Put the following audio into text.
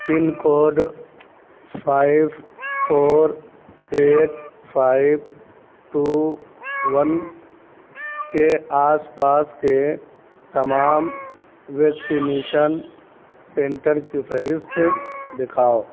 پن code five four eight five two one کے آس پاس کے تمام ویکسینیشن سنٹر کی فہرست دکھاؤ